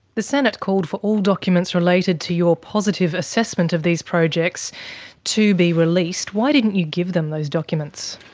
the senate called for all documents related to your positive assessment of these projects to be released. why didn't you give them those documents?